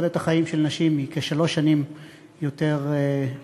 תוחלת החיים של נשים היא כשלוש שנים יותר מגברים.